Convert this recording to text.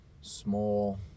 small